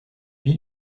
vit